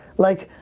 like,